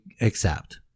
accept